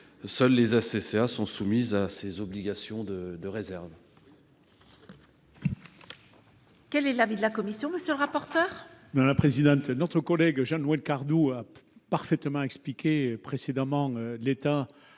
Seules les ACCA sont soumises à ces obligations de réserve.